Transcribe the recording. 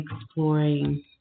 exploring